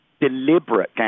deliberate